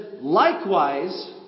Likewise